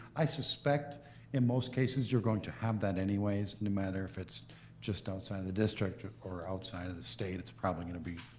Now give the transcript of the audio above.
i suspect in most cases you're going to have that anyways, no matter if it's just outside of the district or outside of the state, it's probably gonna be